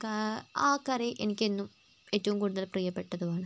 കാ ആ കറി എനിക്കെന്നും ഏറ്റോം കൂടുതൽ പ്രിയപ്പെട്ടതും ആണ്